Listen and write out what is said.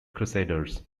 crusaders